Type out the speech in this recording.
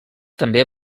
també